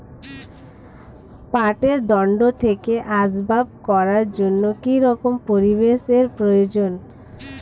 পাটের দণ্ড থেকে আসবাব করার জন্য কি রকম পরিবেশ এর প্রয়োজন?